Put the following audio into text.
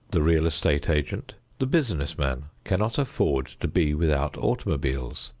the real estate agent, the business man cannot afford to be without automobiles.